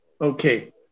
Okay